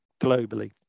globally